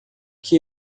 que